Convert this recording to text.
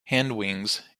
hindwings